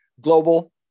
Global